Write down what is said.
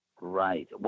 Right